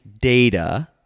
data